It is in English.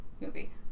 movie